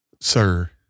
Sir